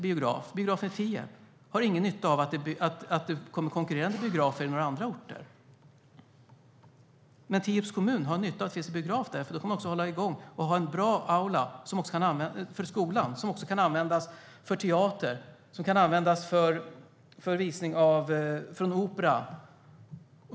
Biografen i Tierp har ingen nytta av att det kommer konkurrerande biografer på några andra orter. Men Tierps kommun har nytta av att det finns en biograf där, eftersom de då också kan ha en bra aula för skolan som också kan användas för teater, för musikaler och för visning av opera.